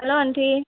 hello aunty